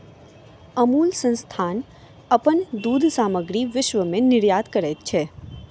अमूल संस्थान अपन दूध सामग्री विश्व में निर्यात करैत अछि